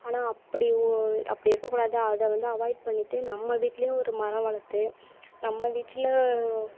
ஆனால் அப்படி அப்படி இருக்க கூடாது அதை வந்து அவாய்ட் பண்ணிட்டு நம்ம வீட்லேயும் ஒரு மரம் வளர்த்து நம்ம வீட்டில்